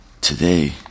today